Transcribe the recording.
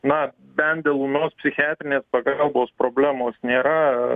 na bent dėl ūmios psichiatrinės pagalbos problemos nėra